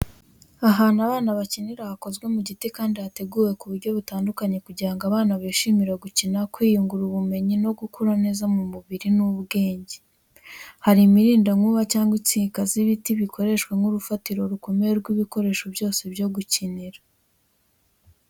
Ahantu abana bakinira hakozwe mu giti kandi hateguwe ku buryo butandukanye kugira ngo abana bishimire gukina, kwiyungura ubumenyi no gukura neza mu mubiri n’ubwenge. Hari imirindankuba cyangwa insika z'ibiti ibi bikoreshwa nk’urufatiro rukomeye rw’ibikoresho byose byo gukinira.